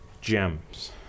gems